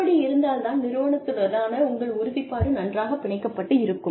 இப்படி இருந்தால் தான் நிறுவனத்துடனான உங்கள் உறுதிப்பாடு நன்றாகப் பிணைக்கப்பட்டிருக்கும்